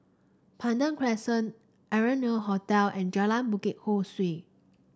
Pandan Crescent Arianna Hotel and Jalan Bukit Ho Swee